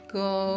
go